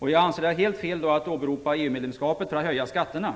Jag anser det vara helt fel att åberopa EU medlemskapet för att höja skatterna.